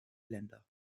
länder